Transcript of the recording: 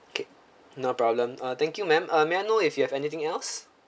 okay no problem uh thank you ma'am uh may I know if you have anything else